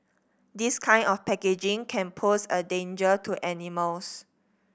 this kind of packaging can pose a danger to animals